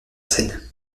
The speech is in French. scène